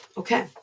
Okay